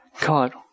God